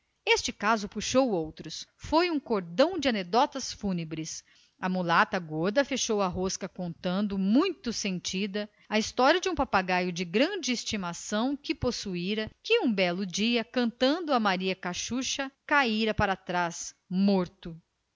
este caso puxou outros foi um cordão de anedotas fúnebres a mulata obesa fechou a rosca narrando muito sentida a história de um papagaio de grande estimação que ela possuía e que um belo dia cantando coitado a maria cachucha caíra para trás morto